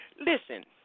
listen